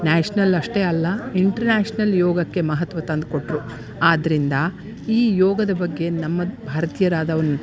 national ಅಷ್ಟೇ ಅಲ್ಲ international ಯೋಗಕ್ಕೆ ಮಹತ್ವ ತಂದು ಕೊಟ್ಟರು ಆದ್ದರಿಂದ ಈ ಯೋಗದ ಬಗ್ಗೆ ನಮ್ಮ ಭಾರತೀಯರಾದ